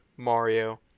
Mario